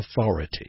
authority